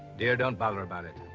dear, don't bother about it.